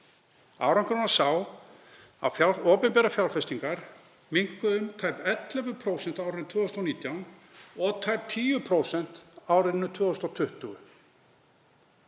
Árangurinn var sá að opinberar fjárfestingar minnkuð um tæp 11% á árinu 2019 og tæp 10% á árinu 2020.